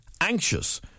anxious